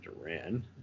Duran